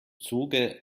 zuge